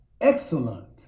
Excellent